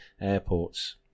airports